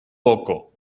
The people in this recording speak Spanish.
poco